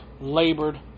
labored